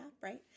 right